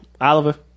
Oliver